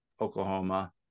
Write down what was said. Oklahoma